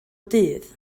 dydd